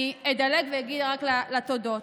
אני אדלג ואגיע רק לתודות.